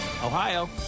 Ohio